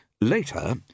Later